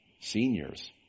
Seniors